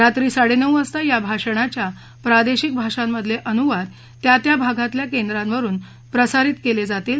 रात्री साडेनऊ वाजता या भाषणाच्या प्रादेशिक भाषांमधले अनुवाद त्या त्या भागातल्या केंद्रावरुन प्रसारीत केले जातील